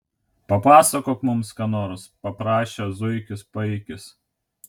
papasakok mums ką nors paprašė zuikis paikis